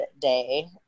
day